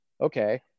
Okay